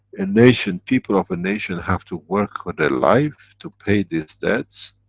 a nation, people of a nation have to work for their life, to pay these debts,